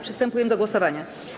Przystępujemy do głosowania.